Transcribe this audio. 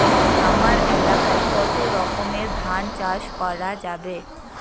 হামার এলাকায় কতো রকমের ধান চাষ করা যাবে?